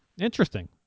interesting